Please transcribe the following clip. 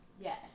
Yes